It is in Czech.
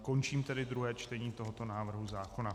Končím tedy druhé čtení tohoto návrhu zákona.